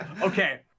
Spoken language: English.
Okay